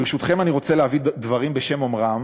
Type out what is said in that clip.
ברשותכם, אני רוצה להביא דברים בשם אומרם.